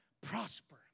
prosper